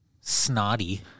snotty